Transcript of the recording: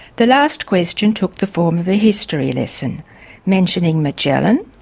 the last question took the form of a history lesson mentioning magellan,